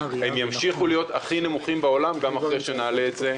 הם ימשיכו להיות הכי נמוכים בעולם גם אחרי שנעלה את זה,